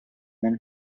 them